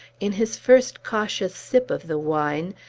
in his first cautious sip of the wine,